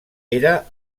era